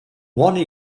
one